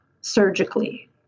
surgically